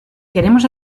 queremos